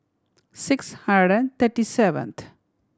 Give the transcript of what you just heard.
six hundred and thirty seventh